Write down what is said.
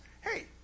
hey